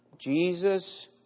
Jesus